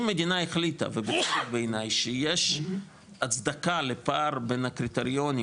אם המדינה החליטה --- בעיני שיש הצדקה לפער בין הקריטריונים